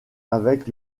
avec